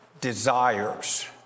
desires